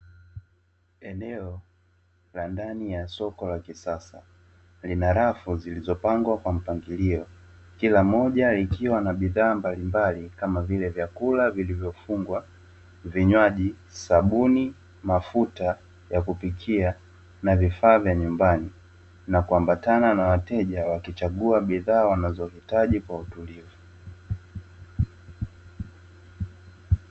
Eneo, la ndani ya soko la kisasa, lina rafu zilizopangwa kwa mpangilio. Kila moja likiwa na bidha mbalimbali kama vile vyakula, vile vyofungwa, vinyoaji, sabuni, mafuta ya kupikia na vifaa nyumbani. Na kuambatana na wateja wakichagua bidha wanazohitaji kwa utulivu.